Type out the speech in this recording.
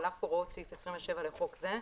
על אף הוראות סעיף 27 לחוק זה,